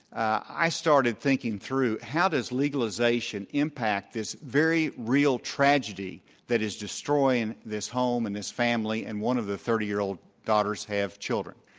i started thinking through, how does legalization impact this very real tragedy that is destroying this home and this family? and one of the thirty year old daughters has children